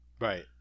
Right